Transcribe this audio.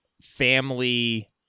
family